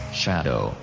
shadow